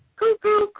Cuckoo